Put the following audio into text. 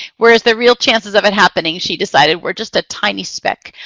whereas the real chances of it happening, she decided, were just a tiny speck.